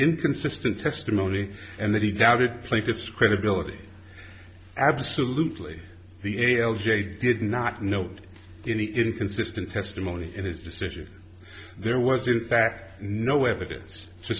inconsistent testimony and that he doubted plaintiff's credibility absolutely the a l j did not note any inconsistent testimony in his decision there was in fact no evidence to